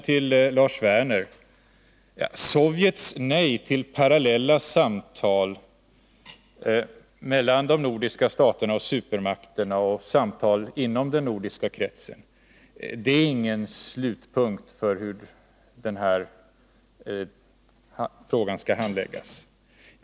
Till Lars Werner vill jag säga att Sovjets nej till parallella samtal mellan de nordiska staterna och supermakterna och samtal inom den nordiska kretsen inte innebär någon slutpunkt för hur den här frågan skall handläggas.